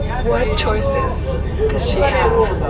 what choices does she have?